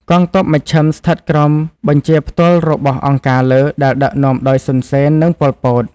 កងទ័ពមជ្ឈិមស្ថិតក្រោមបញ្ជាផ្ទាល់របស់ «អង្គការលើ» ដែលដឹកនាំដោយ សុន សេន និង ប៉ុល ពត។